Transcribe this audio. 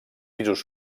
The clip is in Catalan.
pisos